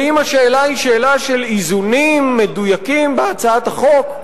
ואם השאלה היא שאלה של איזונים מדויקים בהצעת החוק,